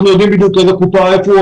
אנחנו יודעים בדיוק איפה הוא עובד,